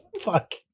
Fuck